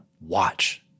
watch